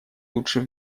лучший